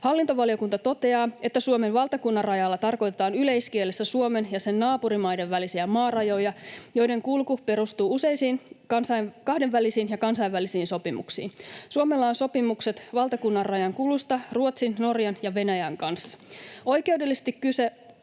Hallintovaliokunta toteaa, että Suomen valtakunnanrajalla tarkoitetaan yleiskielessä Suomen ja sen naapurimaiden välisiä maarajoja, joiden kulku perustuu useisiin kahdenvälisiin ja kansainvälisiin sopimuksiin. Suomella on sopimukset valtakunnanrajan kulusta Ruotsin, Norjan ja Venäjän kanssa. Oikeudellisesti kyse